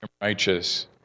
righteous